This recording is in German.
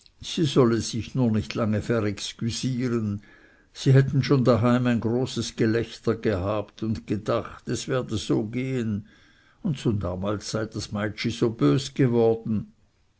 sie solle sich nur nicht lange verexgüsieren sie hätten schon daheim ein großes gelächter gehabt und gedacht es werde so gehen und schon damals sei das meitschi so bös geworden